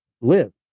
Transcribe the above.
live